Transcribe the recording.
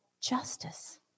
justice